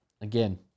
again